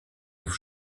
auf